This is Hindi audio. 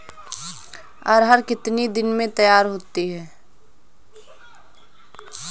अरहर कितनी दिन में तैयार होती है?